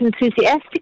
enthusiastic